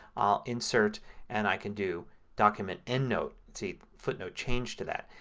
i'll insert and i can do document endnote. see footnote changed to that.